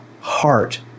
heart